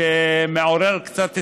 מעורר קצת תמיהה.